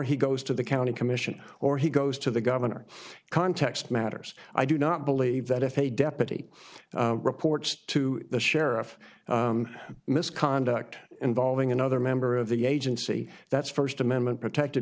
he goes to the county commission or he goes to the governor context matters i do not believe that if a deputy reports to the sheriff misconduct involving another member of the agency that's first amendment protected